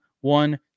one